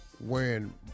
wearing